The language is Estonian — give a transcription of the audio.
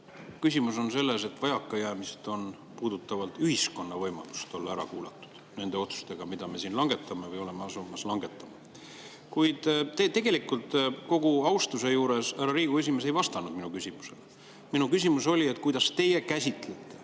Küsimus on selles, et vajakajäämised puudutavad ühiskonna võimalust olla ära kuulatud nende otsuste kaudu, mida me siin langetame või oleme asumas langetama. Kogu austuse juures, härra Riigikogu esimees, te tegelikult ei vastanud mu küsimusele. Minu küsimus oli, et kuidas teie käsitlete